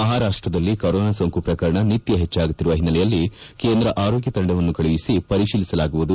ಮಹಾರಾಷ್ಟದಲ್ಲಿ ಕೊರೋನಾ ಸೋಂಕು ಪ್ರಕರಣ ನಿತ್ಕ ಹೆಚ್ಚಾಗುತ್ತಿರುವ ಹಿನ್ನೆಲೆಯಲ್ಲಿ ಕೇಂದ್ರ ಆರೋಗ್ಯ ತಂಡವನ್ನು ಕಳುಹಿಸಿ ಪರಿಶೀಲಿಸಲಾಗುವುದು